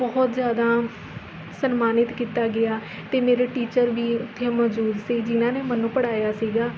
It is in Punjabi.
ਬਹੁਤ ਜ਼ਿਆਦਾ ਸਨਮਾਨਿਤ ਕੀਤਾ ਗਿਆ ਅਤੇ ਮੇਰੇ ਟੀਚਰ ਵੀ ਉੱਥੇ ਮੌਜੂਦ ਸੀ ਜਿਨ੍ਹਾਂ ਨੇ ਮੈਨੂੰ ਪੜ੍ਹਾਇਆ ਸੀਗਾ